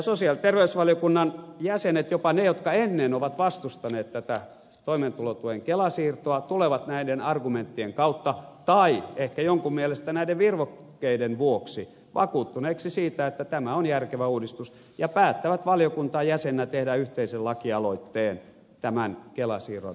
sosiaali ja terveysvaliokunnan jäsenet jopa ne jotka ennen ovat vastustaneet tätä toimeentulotuen kelaan siirtoa tulevat näiden argumenttien kautta tai ehkä jonkun mielestä näiden virvokkeiden vuoksi vakuuttuneiksi siitä että tämä on järkevä uudistus ja päättävät valiokunnan jäseninä tehdä yhteisen lakialoitteen tämän kelaan siirron toteuttamiseksi